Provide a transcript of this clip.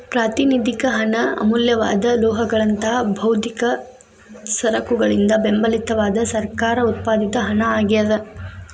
ಪ್ರಾತಿನಿಧಿಕ ಹಣ ಅಮೂಲ್ಯವಾದ ಲೋಹಗಳಂತಹ ಭೌತಿಕ ಸರಕುಗಳಿಂದ ಬೆಂಬಲಿತವಾದ ಸರ್ಕಾರ ಉತ್ಪಾದಿತ ಹಣ ಆಗ್ಯಾದ